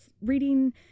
reading